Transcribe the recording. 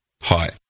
Hi